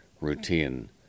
routine